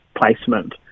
placement